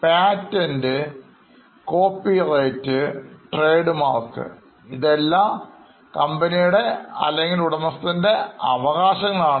patents t copyrights trademarkഇതെല്ലാം കമ്പനിയുടെ അല്ലെങ്കിൽ ഉടമസ്ഥൻ റെ അവകാശങ്ങളാണ്